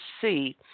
see